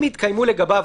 אם התקיימו לגביו,